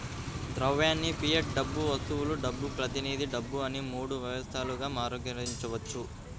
ద్రవ్యాన్ని ఫియట్ డబ్బు, వస్తువుల డబ్బు, ప్రతినిధి డబ్బు అని మూడు వ్యవస్థలుగా వర్గీకరించవచ్చు